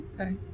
Okay